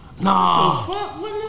Nah